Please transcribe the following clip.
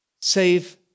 save